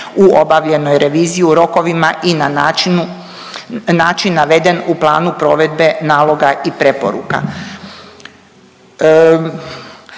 u obavljenoj reviziji u rokovima i način naveden u planu provedbe naloga i preporuka.